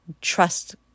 trust